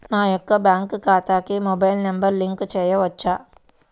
నా యొక్క బ్యాంక్ ఖాతాకి మొబైల్ నంబర్ లింక్ చేయవచ్చా?